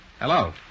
Hello